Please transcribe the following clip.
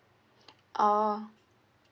oh